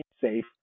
safe